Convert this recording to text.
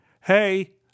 Hey